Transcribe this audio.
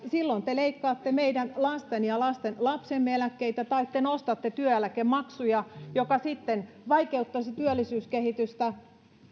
silloin te leikkaatte meidän lastemme ja lastenlastemme eläkkeitä tai te nostatte työeläkemaksuja mikä sitten vaikeuttaisi työllisyyskehitystä